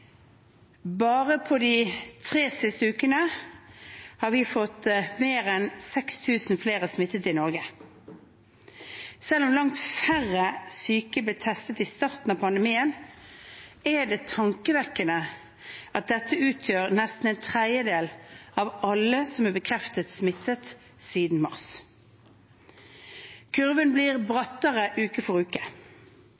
Bare de tre siste ukene har vi fått mer enn 6 000 flere smittede i Norge. Selv om langt færre syke ble testet i starten av pandemien, er det tankevekkende at dette utgjør nesten en tredjedel av alle som er bekreftet smittet siden mars. Kurven blir